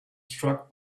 struck